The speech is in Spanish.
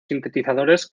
sintetizadores